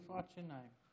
לרפואת שיניים.